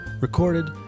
Recorded